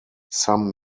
some